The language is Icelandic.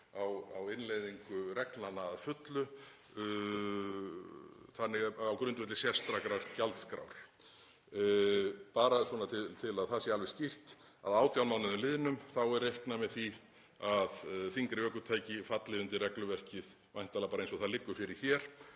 á innleiðingu reglnanna að fullu á grundvelli sérstakrar gjaldskrár. Bara til að það sé alveg skýrt: Að 18 mánuðum liðnum er reiknað með því að þyngri ökutæki falli undir regluverkið, væntanlega bara eins og það liggur fyrir hér,